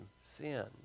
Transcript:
sin